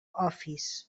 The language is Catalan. office